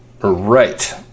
Right